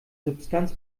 substanz